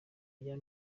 rya